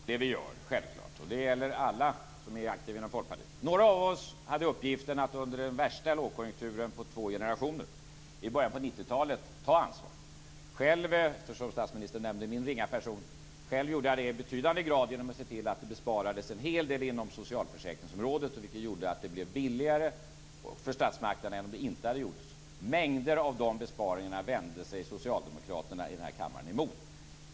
Fru talman! Jo, vi i Folkpartiet tar självklart ansvar för det vi gör och det gäller alla som är aktiva inom Folkpartiet. Några av oss hade uppgiften att under den värsta lågkonjunkturen på två generationer, i början av 90 talet, ta ansvaret. Själv - jag säger detta eftersom statsministern nämnde min ringa person - gjorde jag det i betydande grad genom att se till att det besparades en hel del inom socialförsäkringsområdet, vilket gjorde att det blev billigare för statsmakterna än om detta inte hade gjorts. En mängd av de besparingarna vände sig socialdemokraterna i denna kammare mot.